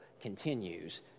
continues